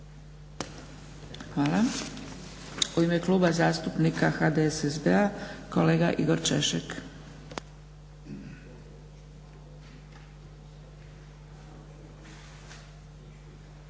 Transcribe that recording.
Hvala. U ime Kluba zastupnika HDSSB-a kolega Igor Češek.